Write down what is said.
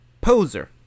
poser